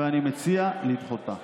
ואני מציע לדחותה.